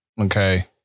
Okay